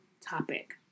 topic